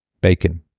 Bacon